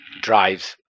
drives